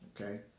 Okay